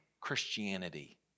Christianity